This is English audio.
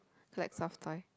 collect soft toy